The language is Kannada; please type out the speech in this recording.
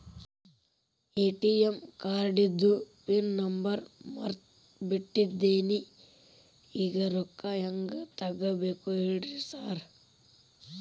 ಎ.ಟಿ.ಎಂ ಕಾರ್ಡಿಂದು ಪಿನ್ ನಂಬರ್ ಮರ್ತ್ ಬಿಟ್ಟಿದೇನಿ ಈಗ ರೊಕ್ಕಾ ಹೆಂಗ್ ತೆಗೆಬೇಕು ಹೇಳ್ರಿ ಸಾರ್